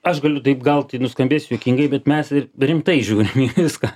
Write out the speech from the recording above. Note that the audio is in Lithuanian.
aš galiu taip gal tai nuskambės juokingai bet mes ir rimtai žiūrim į viską